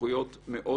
סמכויות מאוד